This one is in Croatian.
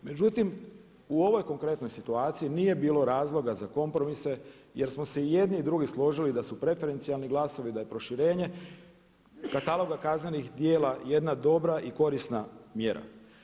Međutim, u ovoj konkretnoj situaciji nije bilo razloga za kompromise jer smo se i jedni i drugi složili da su preferencijalni glasovi da je proširenje kataloga kaznenih djela jedna dobra i korisna mjera.